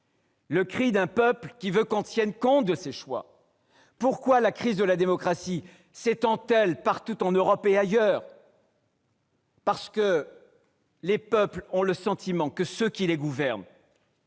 le cri d'un peuple qui veut qu'on tienne compte de ses choix. Pourquoi la crise de la démocratie s'étend-elle partout en Europe et ailleurs ? Tout simplement parce que les peuples ont le sentiment que ceux qui les gouvernent